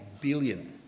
billion